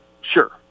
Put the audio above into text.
Sure